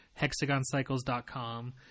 hexagoncycles.com